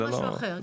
זה משהו אחר.